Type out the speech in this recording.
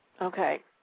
Okay